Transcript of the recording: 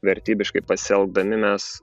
vertybiškai pasielgdami mes